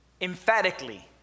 emphatically